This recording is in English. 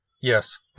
Yes